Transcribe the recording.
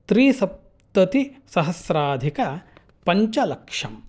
त्रिसप्ततिसहस्राधिकपञ्चलक्षम्